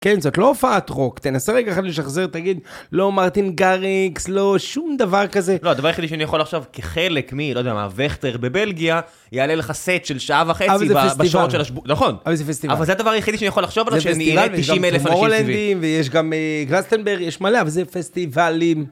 כן, זאת לא הופעת רוק, תנסה רגע אחד, לשחזר, תגיד לא מרטין גריקס, לא שום דבר כזה. לא, הדבר היחיד שאני יכול לחשוב, כחלק מ... לא יודע מה, ווכטר בבלגיה, יעלה לך סט של שעה וחצי בשורט של השבוע, נכון. אבל זה פסטיבל. אבל זה הדבר היחיד שאני יכול לחשוב עליו, שאני אהיה 90 אלף אנשים טבעיים. ויש גם גרסטנברג, יש מלא, אבל זה פסטיבלים.